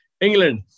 England